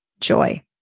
joy